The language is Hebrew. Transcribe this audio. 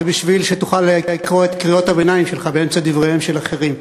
זה בשביל שתוכל לקרוא את קריאות הביניים שלך באמצע דבריהם של אחרים.